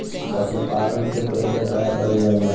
पशुपालन से कई व्यवसाय करल जाला